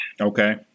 Okay